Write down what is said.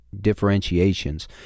differentiations